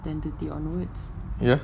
yes